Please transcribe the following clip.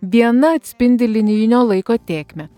viena atspindi linijinio laiko tėkmę